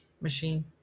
machine